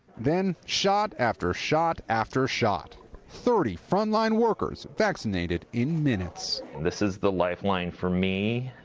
then shot after shot after shot thirty front line workers vaccinated in minutes. this is the lifeline for me.